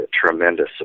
tremendous